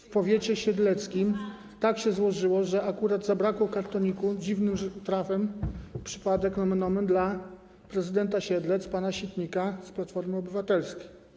W powiecie siedleckim tak się złożyło, że akurat zabrakło kartoników, dziwnym trafem, przypadek, nomen omen, dla prezydenta Siedlec pana Sitnika z Platformy Obywatelskiej.